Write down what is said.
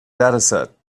dataset